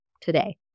today